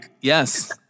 Yes